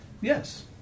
Yes